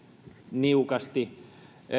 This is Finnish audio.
niukasti